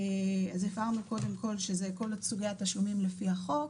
אז הבהרנו קודם כל שאלו כל סוגי התשלומים לפי החוק,